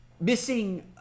missing